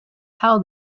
how